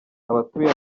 abatuye